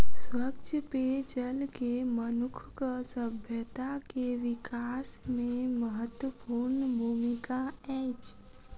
स्वच्छ पेयजल के मनुखक सभ्यता के विकास में महत्वपूर्ण भूमिका अछि